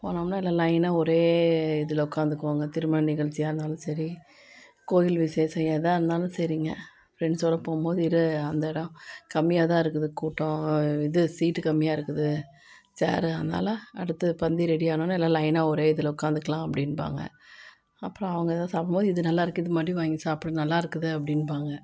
போனோம்னால் எல்லாம் லைனாக ஒரே இதில் உட்காந்துக்குவோங்க திருமண நிகழ்ச்சியாக இருந்தாலும் சரி கோயில் விசேஷம் எதாக இருந்தாலும் சரிங்க ஃப்ரெண்ட்ஸோடு போகும்போது இரு அந்த இடம் கம்மியாகதான் இருக்குது கூட்டம் இது சீட்டு கம்மியாக இருக்குது சேரு அதனால அடுத்த பந்தி ரெடியானோன்னே எல்லாம் லைனாக ஒரே இதில் உட்காந்துக்கலாம் அப்படின்பாங்க அப்புறம் அவங்க ஏதாவது சாப்பிடும்போது இது நல்லா இருக்குது இது மறுபடி வாங்கி சாப்பிடு நல்லா இருக்குது அப்படின்பாங்க